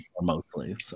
Mostly